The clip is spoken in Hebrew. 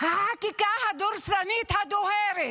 החקיקה הדורסנית הדוהרת,